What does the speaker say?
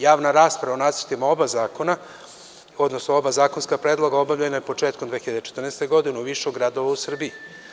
Javan rasprava o nacrtima oba zakona, odnosno oba zakonska predloga obavljena je početkom 2014. godine u više gradova u Srbiji.